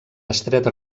estreta